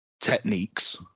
techniques